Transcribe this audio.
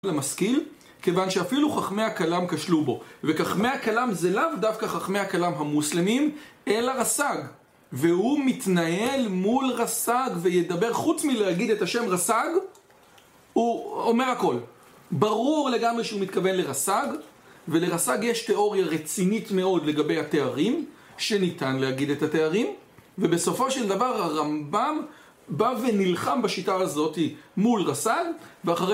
למשכיל, כיוון שאפילו חכמי הכלאם כשלו בו. וחכמי הכלאם זה לאו דווקא חכמי הכלאם המוסלמים, אלא רס"ג. והוא מתנהל מול רס"ג וידבר... חוץ מלהגיד את השם רס"ג הוא אומר הכל. ברור לגמרי שהוא מתכוון לרס"ג, ולרס"ג יש תיאוריה רצינית מאוד לגבי התארים, שניתן להגיד את התארים, ובסופו של דבר הרמב״ם בא ונלחם בשיטה הזאת מול רס"ג ואחרי